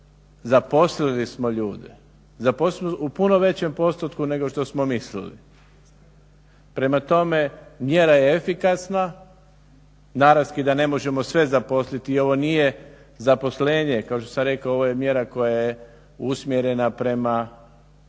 zaposlili smo ljude u puno većem postupku nego što smo mislili. Prema tome, mjera je efikasna. Naravski da ne možemo sve zaposliti. Ovo nije zaposlenje kao što sam rekao, ovo je mjera koja je usmjerena prema